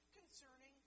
concerning